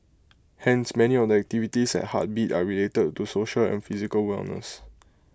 hence many of the activities at heartbeat are related to social and physical wellness